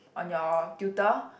on your tutor